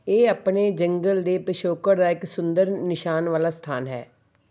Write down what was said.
ਇਹ ਆਪਣੇ ਜੰਗਲ ਦੇ ਪਿਛੋਕੜ ਦਾ ਇੱਕ ਸੁੰਦਰ ਨਿਸ਼ਾਨ ਵਾਲਾ ਸਥਾਨ ਹੈ